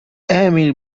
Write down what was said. emil